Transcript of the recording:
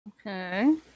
Okay